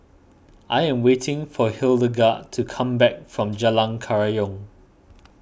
I am waiting for Hildegarde to come back from Jalan Kerayong